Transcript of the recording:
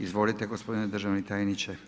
Izvolite gospodine državni tajniče.